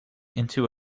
into